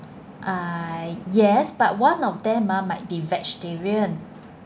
ah yes but one of them ah might be vegetarian